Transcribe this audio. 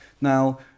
Now